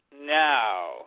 now